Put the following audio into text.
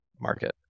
market